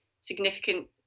significant